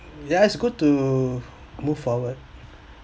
yeah it's good to move forward